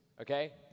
okay